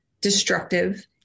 destructive